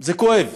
זה כואב,